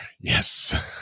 yes